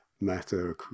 matter